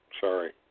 Sorry